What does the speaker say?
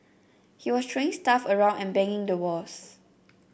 he was throwing stuff around and banging the walls